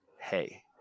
hey